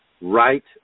right